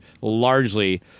largely